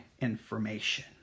information